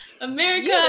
America